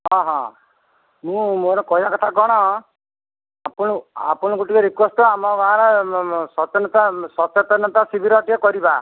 ହଁ ହଁ ମୁଁ ମୋର କହିବା କଥା କ'ଣ ଆପଣ ଆପଣଙ୍କୁ ଗୋଟେ ରିକ୍ୱେଷ୍ଟ୍ ଆମ ଗାଁରେ ସଚେନତା ସଚେତନତା ଶିବିରଟେ କରିବା